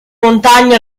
montagne